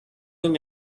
این